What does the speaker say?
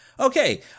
Okay